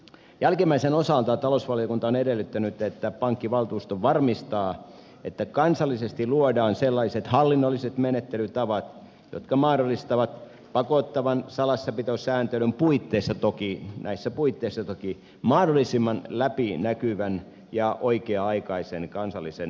jälkimmäisen osalta talousvaliokunta on edellyttänyt että pankkivaltuusto varmistaa että kansallisesti luodaan sellaiset hallinnolliset menettelytavat jotka mahdollistavat pakottavan salassapitosääntelyn puitteissa toki mahdollisimman läpinäkyvän ja oikea aikaisen kansallisen valmistelun